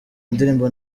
indirimbo